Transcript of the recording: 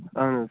اَہَن حظ